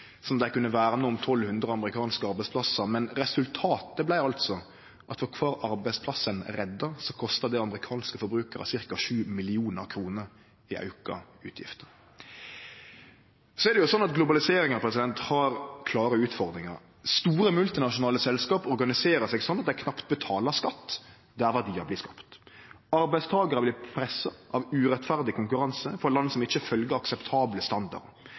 at dei kunne verne om 1 200 amerikanske arbeidsplassar, men resultatet vart altså at for kvar arbeidsplass ein redda, kosta det amerikanske forbrukarar ca. 7 mill. kr i auka utgifter. Så har globaliseringa klare utfordringar. Store multinasjonale selskap organiserer seg slik at dei knapt betaler skatt der verdiar blir skapte. Arbeidstakarar blir pressa av urettferdig konkurranse frå land som ikkje følgjer akseptable